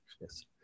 Yes